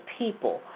people